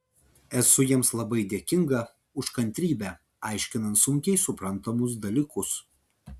esu jiems labai dėkinga už kantrybę aiškinant sunkiai suprantamus dalykus